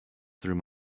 through